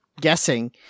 guessing